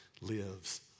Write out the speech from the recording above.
lives